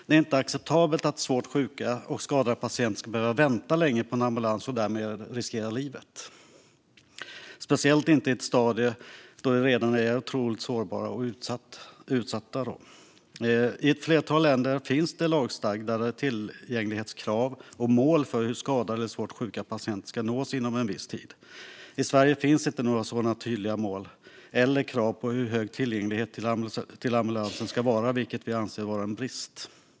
Det inte är acceptabelt att svårt sjuka och skadade patienter ska behöva vänta länge på en ambulans och därmed riskera livet, speciellt inte i ett stadie då de redan är otroligt sårbara och utsatta. I ett flertal länder finns det lagstadgade tillgänglighetskrav och mål för hur skadade eller svårt sjuka patienter ska nås inom en viss tid. I Sverige finns inte några sådana tydliga mål eller krav på hur stor tillgängligheten till ambulanser ska vara, vilket vi anser vara en brist.